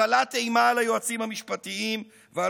הטלת אימה על היועצים המשפטיים ועל